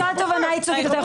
מה